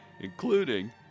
including